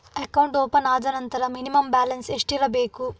Account open ಆದ ನಂತರ minimum balance ಎಷ್ಟಿರಬೇಕು?